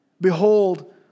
Behold